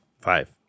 Five